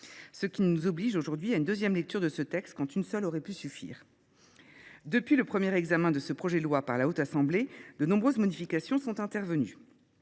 ce qui nous contraint aujourd’hui à une deuxième lecture quand une seule aurait pu suffire. Depuis le premier examen de ce projet de loi par la Haute Assemblée, de nombreuses modifications sont intervenues.